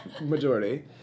majority